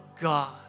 God